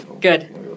Good